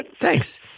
thanks